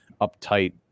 uptight